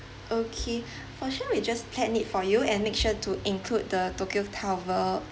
okay for sure we just plan it for you and make sure to include the tokyo tower